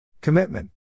Commitment